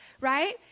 right